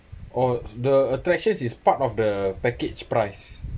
orh the attractions is part of the package price